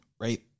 right